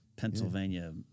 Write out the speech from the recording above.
Pennsylvania